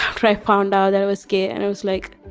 i found out that i was gay and i was like.